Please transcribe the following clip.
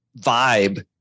vibe